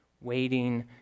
Waiting